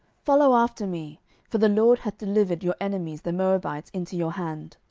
follow after me for the lord hath delivered your enemies the moabites into your hand.